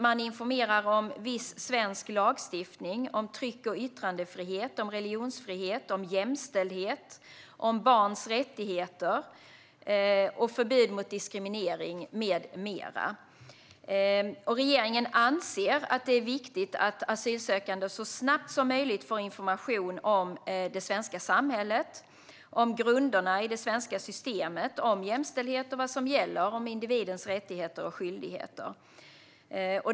Man informerar om viss svensk lagstiftning - tryck och yttrandefrihet, religionsfrihet, jämställdhet, barns rättigheter, förbud mot diskriminering med mera. Regeringen anser att det är viktigt att asylsökande så snabbt som möjligt får information om det svenska samhället, om grunderna i det svenska systemet, om jämställdhet och om vad som gäller i fråga om individens rättigheter och skyldigheter.